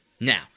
Now